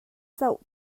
zoh